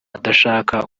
adashaka